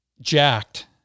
jacked